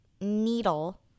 needle